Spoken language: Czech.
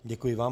Děkuji vám.